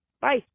Bye